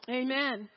amen